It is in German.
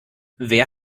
wer